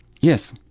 Yes